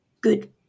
good